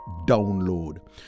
download